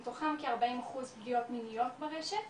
מתוכם כ-40 אחוז פגיעות מיניות ברשת.